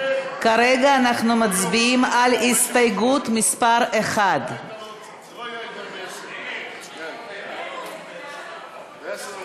כרגע אנחנו מצביעים על הסתייגות מס' 1. ההסתייגות